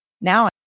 now